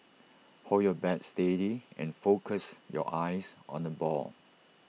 hold your bat steady and focus your eyes on the ball